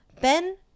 ben